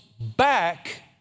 back